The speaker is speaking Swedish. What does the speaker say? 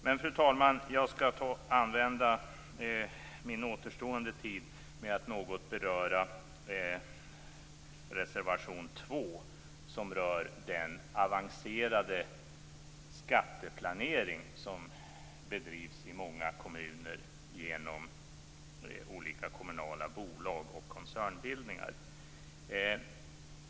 Men, fru talman, jag skall använda min återstående tid till att något beröra reservation 2, som rör den avancerade skatteplanering som bedrivs i många kommuner genom olika kommunala bolag och koncernbildningar.